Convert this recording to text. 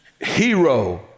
hero